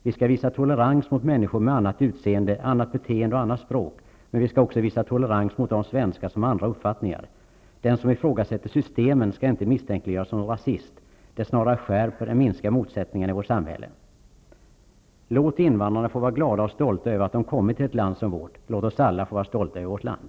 Vi skall visa tolerans mot människor med annat utseende, annat beteende och annat språk, men vi skall också visa tolerans mot de svenskar som har andra uppfattningar. Den som ifrågasätter systemen skall inte misstänkliggöras som rasist. Det snarare skärper än minskar motsättningarna i vårt samhälle. Låt invandrarna få vara glada och stolta över att de kommit till ett land som vårt! Låt oss alla få vara stolta över vårt land!